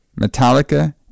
Metallica